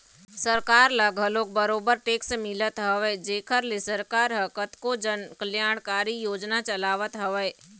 सरकार ल घलोक बरोबर टेक्स मिलत हवय जेखर ले सरकार ह कतको जन कल्यानकारी योजना चलावत हवय